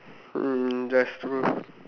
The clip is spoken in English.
um that's true